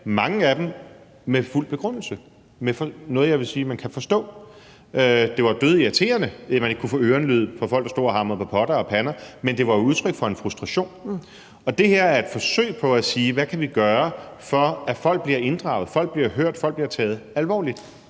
mange af dem med fuld begrundelse og noget, jeg vil sige man kan forstå. Det var dødirriterende, at man ikke kunne få ørenlyd for folk, der stod og hamrede på potter og pander, men det var jo udtryk for en frustration. Det her er et forsøg på at sige: Hvad kan vi gøre, for at folk bliver inddraget, for at folk bliver hørt, og for at folk bliver taget alvorligt?